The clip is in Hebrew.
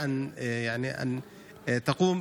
כדי שהרשות תוכל,